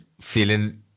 feeling